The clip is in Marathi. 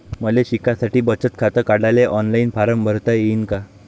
मले शिकासाठी बचत खात काढाले ऑनलाईन फारम भरता येईन का?